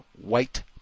white